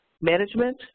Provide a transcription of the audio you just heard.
management